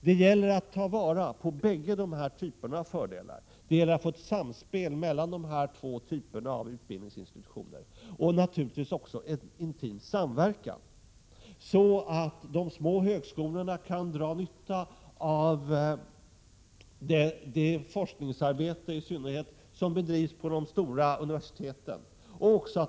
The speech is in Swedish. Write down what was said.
Det gäller att ta vara på båda dessa typer av fördelar. Det gäller att få ett samspel mellan dessa två typer av utbildningsinstitutioner och naturligtvis att få en intim samverkan, så att i synnerhet de små högskolorna kan dra nytta av det forskningsarbete som bedrivs vid de stora universiteten.